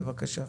בבקשה.